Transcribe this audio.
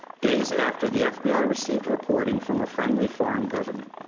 days after the f b i. received reporting from a friendly foreign government.